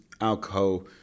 alcohol